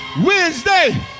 Wednesday